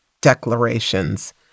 declarations